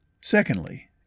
Secondly